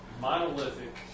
monolithic